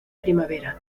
primavera